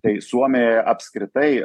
tai suomijoje apskritai